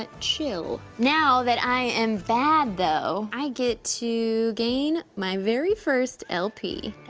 ah chill. now that i am bad, though, i get to gain my very first lp.